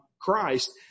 Christ